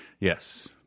Yes